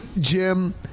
Jim